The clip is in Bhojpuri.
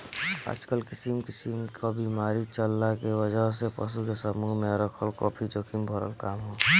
आजकल किसिम किसिम क बीमारी चलला के वजह से पशु के समूह में रखल काफी जोखिम भरल काम ह